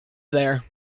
there